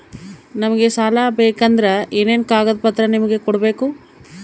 ನಮಗೆ ಸಾಲ ಬೇಕಂದ್ರೆ ಏನೇನು ಕಾಗದ ಪತ್ರ ನಿಮಗೆ ಕೊಡ್ಬೇಕು?